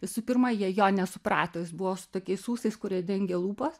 visų pirma jie jo nesuprato jis buvo su tokiais ūsais kurie dengia lūpas